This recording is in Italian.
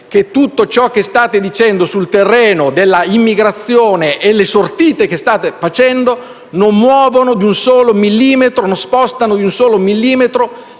Grazie